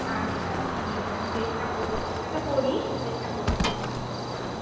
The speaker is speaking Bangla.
আচ্ছা আচ্ছা ঠিক আছে আমি চেষ্টা করব চেষ্টা তো করি চেষ্টা করব তোমার জন্য স্পেশালি